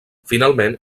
finalment